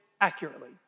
accurately